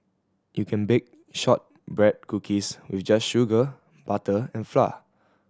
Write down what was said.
you can bake shortbread cookies with just sugar butter and flour